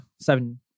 Seven